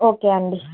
okay అండి